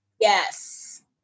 Yes